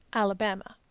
alabama.